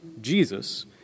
Jesus